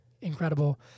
incredible